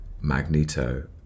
Magneto